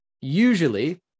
Usually